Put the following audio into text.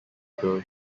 grow